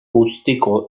guztiko